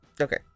okay